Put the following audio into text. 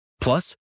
Plus